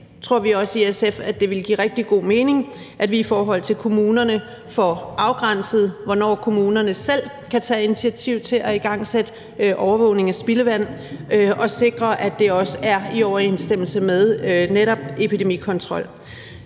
tror vi også i SF, at det vil give rigtig god mening, at vi i forhold til kommunerne får afgrænset, hvornår kommunerne selv kan tage initiativ til at igangsætte overvågning af spildevand og sikre, at det også er i overensstemmelse med netop epidemikontrol.